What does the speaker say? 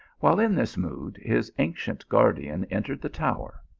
while in this mood his ancient guardian entered the tower.